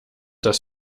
das